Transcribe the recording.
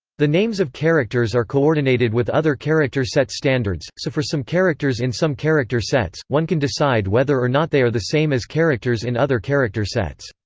the names of characters are coordinated with other character set standards, so for some characters in some character sets, one can decide whether or not they are the same as characters in other character sets.